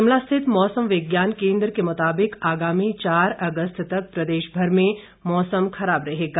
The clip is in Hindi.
शिमला स्थित मौसम विज्ञान केन्द्र के मुताबिक आगामी चार अगस्त तक प्रदेश भर में मौसम खराब रहेगा